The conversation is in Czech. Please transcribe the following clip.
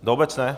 Do obecné?